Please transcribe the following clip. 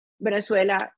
Venezuela